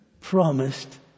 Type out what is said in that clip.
promised